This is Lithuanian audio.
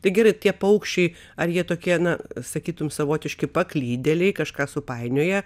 taigi tie paukščiai ar jie tokie na sakytumei savotiški paklydėliai kažką supainioję